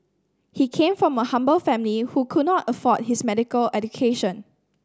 he came from a humble family who could not afford his medical education